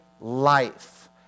Life